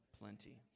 plenty